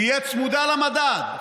תהיה צמודה למדד,